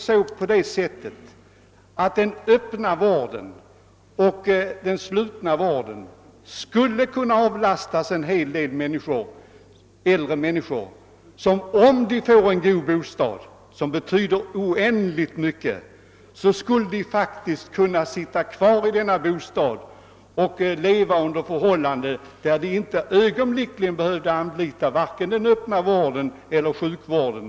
Både den öppna och den slutna vården skulle kunna avlastas en hel del äldre människor, om dessa finge en god bostad, vilket betyder oändligt mycket. Då skulle många äldre faktiskt kunna bo kvar i sina bostäder, där de kan vistas under sådana förhållanden att de inte ständigt behöver anlita vare sig den öppna vården eller sjukvården.